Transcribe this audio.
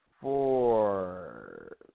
four